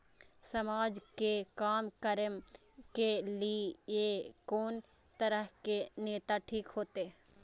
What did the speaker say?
समाज के काम करें के ली ये कोन तरह के नेता ठीक होते?